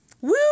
Woo